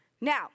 Now